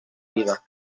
vida